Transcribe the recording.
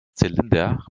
zylinder